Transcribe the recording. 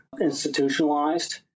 institutionalized